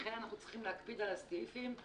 לכן אנחנו צריכים להקפיד על הסעיפים,